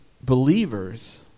believers